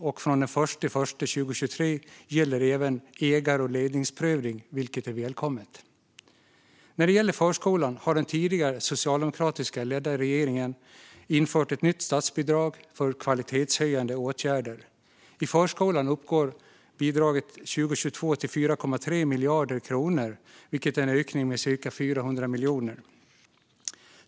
Och från och med den 1 januari 2023 gäller även ägar och ledningsprövning, vilket är välkommet. När det gäller förskolan har den tidigare socialdemokratiskt ledda regeringen infört ett nytt statsbidrag för kvalitetshöjande åtgärder. I förskolan uppgick bidraget 2022 till 4,3 miljarder kronor, vilket är en ökning med cirka 400 miljoner.